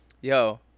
Yo